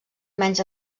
menys